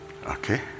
Okay